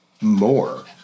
more